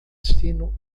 destino